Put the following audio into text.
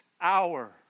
hour